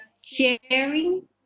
sharing